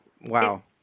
wow